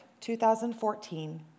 2014